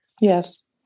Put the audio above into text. Yes